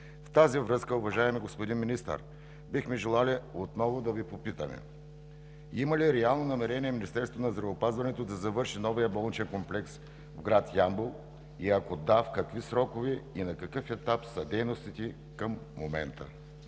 В тази връзка, уважаеми господин Министър, бихме желали отново да Ви попитаме: има ли реално намерение Министерството на здравеопазването да завърши новия болничен комплекс в град Ямбол и ако да – в какви срокове и на какъв етап са дейностите към момента?